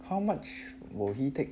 how much will he take